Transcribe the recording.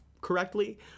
correctly